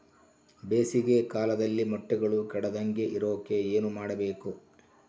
ಬೇಸಿಗೆ ಕಾಲದಲ್ಲಿ ಮೊಟ್ಟೆಗಳು ಕೆಡದಂಗೆ ಇರೋಕೆ ಏನು ಮಾಡಬೇಕು?